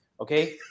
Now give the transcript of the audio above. okay